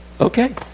okay